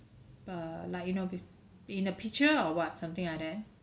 err like you know wi~ in pitcher or what something like that